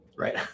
Right